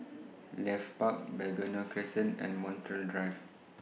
Leith Park Begonia Crescent and Montreal Drive